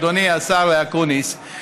אדוני השר אקוניס,